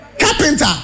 Carpenter